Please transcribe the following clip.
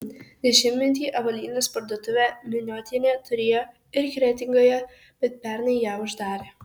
dešimtmetį avalynės parduotuvę miniotienė turėjo ir kretingoje bet pernai ją uždarė